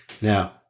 Now